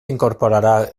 incorporà